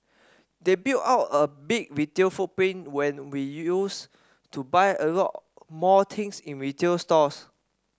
they built out a big retail footprint when we used to buy a lot more things in retail stores